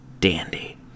dandy